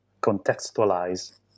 contextualize